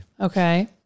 Okay